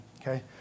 okay